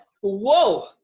whoa